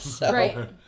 Right